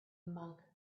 monk